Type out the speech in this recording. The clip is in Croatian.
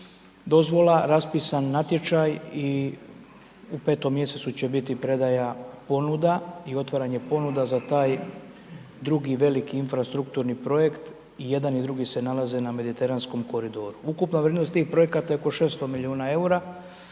dozvola, raspisan natječaj i u petom mjesecu će biti predaja ponuda i otvaranje ponuda za taj drugi veliki infrastrukturni projekt, i jedan i drugi se nalaze na mediteranskom koridoru. Ukupna vrijednost tih projekata je oko 600 milijuna EUR-a,